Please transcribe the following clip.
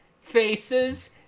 faces